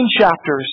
chapters